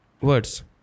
words